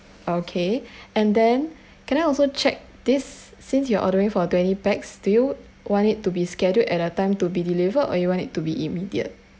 okay and then can I also check this since you're ordering for twenty paxs do you want it to be scheduled at a time to be delivered or you want it to be immediate